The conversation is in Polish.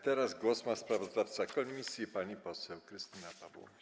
Teraz głos ma sprawozdawca komisji pani poseł Krystyna Pawłowicz.